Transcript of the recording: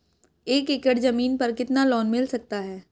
एक एकड़ जमीन पर कितना लोन मिल सकता है?